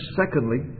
secondly